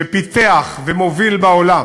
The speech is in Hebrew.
שפיתח ומוביל בעולם